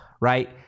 right